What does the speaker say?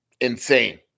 insane